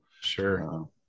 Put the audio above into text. sure